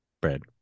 bread